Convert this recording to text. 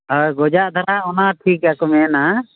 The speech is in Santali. ᱟᱨ ᱜᱚᱡᱟᱜ ᱫᱚ ᱦᱟᱸᱜ ᱚᱱᱟ ᱴᱷᱤᱠ ᱜᱮᱭᱟ ᱠᱚ ᱢᱮᱱᱼᱟ